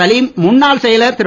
சலீம் முன்னாள் செயலர் திரு